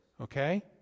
Okay